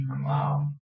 Wow